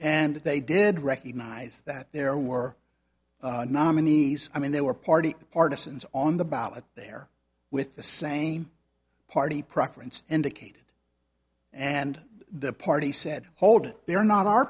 and they did recognize that there were nominees i mean there were party partisans on the ballot there with the same party preference indicated and the party said hold it they're not our